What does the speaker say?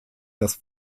das